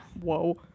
whoa